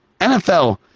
NFL